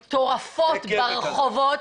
מטורפות, ברחובות.